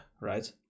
right